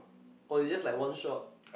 or is just like one shot